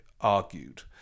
argued